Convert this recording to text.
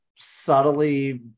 Subtly